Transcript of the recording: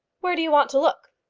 where do want to look?